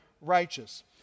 righteous